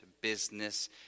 business